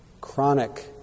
chronic